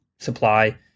supply